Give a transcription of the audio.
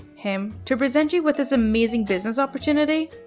him, to present you with this amazing business opportunity.